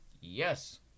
Yes